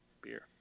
beer